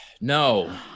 No